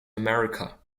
america